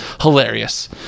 hilarious